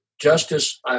justice